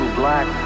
black